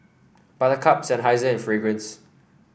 Buttercup Seinheiser and Fragrance